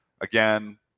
Again